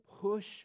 push